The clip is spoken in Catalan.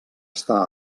està